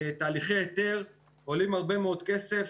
תהליכי היתר עולים הרבה מאוד כסף.